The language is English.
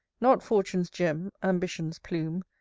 not fortune's gem, ambition's plume,